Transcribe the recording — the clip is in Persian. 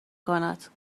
کند